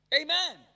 Amen